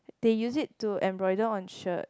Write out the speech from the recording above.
they use it to embroider on shirt